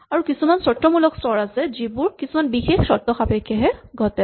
আৰু কিছুমান চৰ্তমূলক স্তৰ আছে যিবোৰ কিছুমান বিশেষ চৰ্ত সাপেক্ষেহে ঘটে